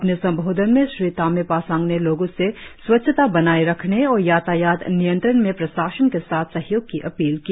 अपने संबोधन में श्री तामे फासांग ने लोगो से स्वच्छता बनाये रखने और यातायात नियंत्रण में प्रशासन के साथ सहयोग की अपील की